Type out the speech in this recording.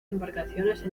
embarcaciones